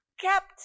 Kept